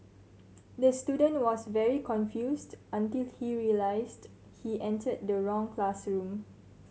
the student was very confused until he realised he entered the wrong classroom